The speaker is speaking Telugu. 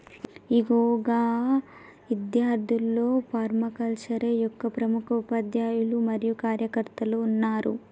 ఇగో గా ఇద్యార్థుల్లో ఫర్మాకల్చరే యొక్క ప్రముఖ ఉపాధ్యాయులు మరియు కార్యకర్తలు ఉన్నారు